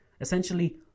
essentially